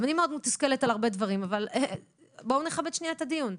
גם אני מאוד מתוסכלת על הרבה דברים אבל בואו נכבד את הדיון.